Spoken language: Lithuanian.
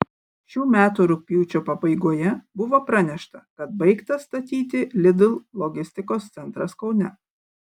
šių metų rugpjūčio pabaigoje buvo pranešta kad baigtas statyti lidl logistikos centras kaune